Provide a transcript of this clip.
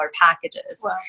packages